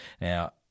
Now